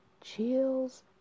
chills